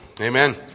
Amen